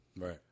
Right